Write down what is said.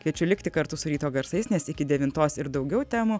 kviečiu likti kartu su ryto garsais nes iki devintos ir daugiau temų